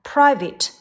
Private